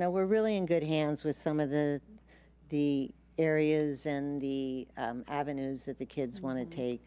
you know we're really in good hands with some of the the areas and the avenues that the kids wanna take